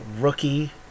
rookie